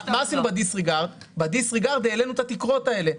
בדיסריגרד העלינו את התקרות האלה.